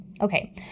Okay